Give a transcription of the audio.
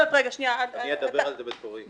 אדבר על זה בתורי.